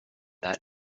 that